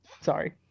Sorry